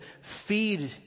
feed